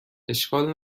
اشکال